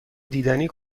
دیدنی